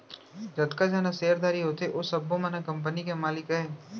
जतका झन ह सेयरधारी होथे ओ सब्बो मन ह कंपनी के मालिक अय